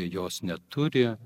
jos neturi